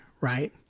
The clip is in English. right